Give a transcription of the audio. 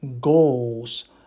goals